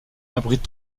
abrite